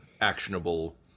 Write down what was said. actionable